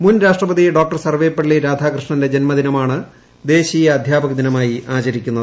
മുൻ രാഷ്ട്രപതി ഡോ സർവ്വേപ്പള്ളി രാധാകൃഷ്ണന്റെ ജന്മദിനമാണ് ദേശീയ അധ്യാപകദിനമായി ആചരിക്കുന്നത്